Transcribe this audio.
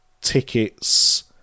tickets